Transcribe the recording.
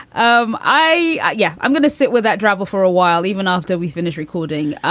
um i. yeah. i'm gonna sit with that driver for a while even after we finish recording.